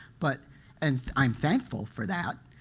but and i'm thankful for that.